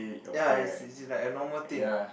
ya it's it's like a normal thing